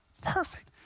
perfect